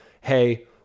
hey